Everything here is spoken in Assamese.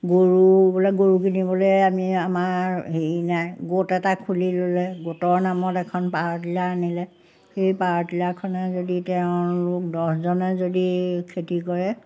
গৰু বোলে গৰু কিনিবলৈ আমি আমাৰ হেৰি নাই গোট এটা খুলি ল'লে গোটৰ নামত এখন পাৱাৰ টিলাৰ আনিলে সেই পাৱাৰ টিলাৰখনে যদি তেওঁলোক দহজনে যদি খেতি কৰে